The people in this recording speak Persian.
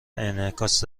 انعکاس